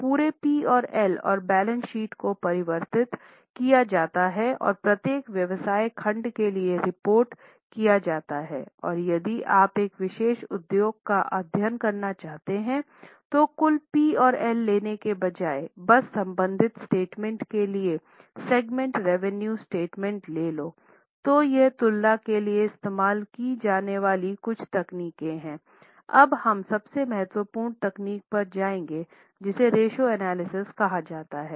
तो पूरे पी और एल और बैलेंस शीट को परिवर्तित किया जाता है और प्रत्येक व्यवसाय खंड के लिए रिपोर्ट किया जाता है और यदि आप एक विशेष उद्योग का अध्ययन करना चाहते हैं तो कुल पी और एल लेने के बजाय बस संबंधित सेगमेंट के लिए सेगमेंट रेवेन्यू स्टेटमेंट ले लो तो ये तुलना के लिए इस्तेमाल की जाने वाली कुछ तकनीकें हैं अब हम सबसे महत्वपूर्ण तकनीक पर जाएंगे जिसे रेश्यो एनालिसिस कहा जाता है